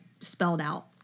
spelled-out